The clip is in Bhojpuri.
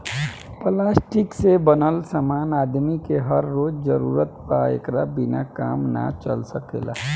प्लास्टिक से बनल समान आदमी के हर रोज जरूरत बा एकरा बिना काम ना चल सकेला